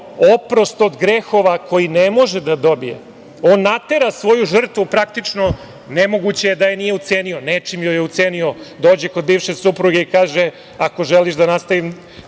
oprost od grehova koji ne može da dobije on natera svoju žrtvu praktično, nemoguće da je nije ucenio, nečim ju je ucenio, dođe kod bivše supruge i kaže – ako želiš da nastavim